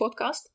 podcast